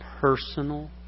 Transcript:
personal